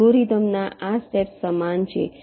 અલ્ગોરિધમના આ સ્ટેપ્સ સમાન છે